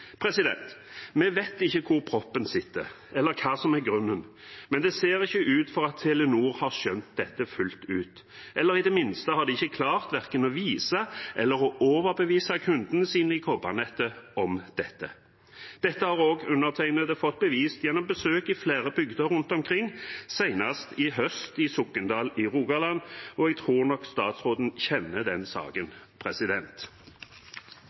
Vi vet ikke hvor proppen sitter, eller hva som er grunnen, men det ser ikke ut til at Telenor har skjønt dette fullt ut. I det minste har de ikke klart verken å vise eller å overbevise kundene sine i kobbernettet om dette. Dette har også undertegnede fått bevist gjennom besøk i flere bygder rundt omkring, senest i høst i Sokndal i Rogaland, og jeg tror nok statsråden kjenner den saken.